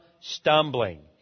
stumbling